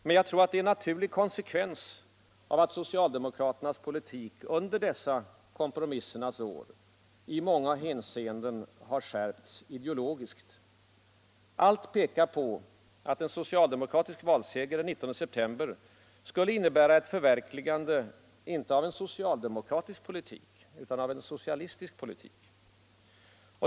Men jag tror att det är en naturlig konsekvens av att socialdemokraternas politik under dessa kompromissernas år i många hänseenden har skärpts ideologiskt. Allt pekar på att en socialdemokratisk valseger den 19 september skulle innebära ett förverkligande inte av en socialdemokratisk politik utan av en socialistisk politik.